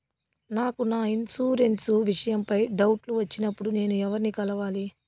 నాకు నా ఇన్సూరెన్సు విషయం పై డౌట్లు వచ్చినప్పుడు నేను ఎవర్ని కలవాలి?